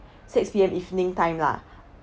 six P_M evening time lah